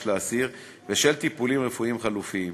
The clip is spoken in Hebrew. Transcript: לאסיר ושל טיפולים רפואיים חלופיים,